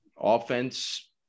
offense